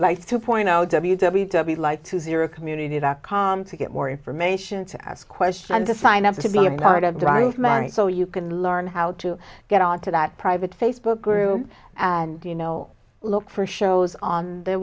like two point zero w w w like two zero community dot com to get more information to ask questions and to sign up to be a part of dr mary so you can learn how to get on to that private facebook group and you know look for shows on the